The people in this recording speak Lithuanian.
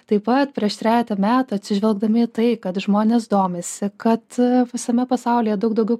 taip pat prieš trejetą metų atsižvelgdami į tai kad žmonės domisi kad visame pasaulyje daug daugiau